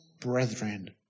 brethren